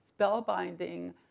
spellbinding